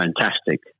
fantastic